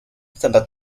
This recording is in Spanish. santa